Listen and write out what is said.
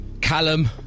Callum